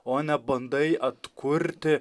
o ne bandai atkurti